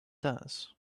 does